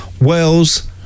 Wales